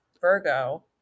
virgo